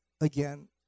again